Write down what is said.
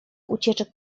ucieczek